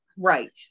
Right